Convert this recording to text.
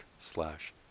slash